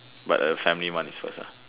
but the family one is first ah